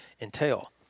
entail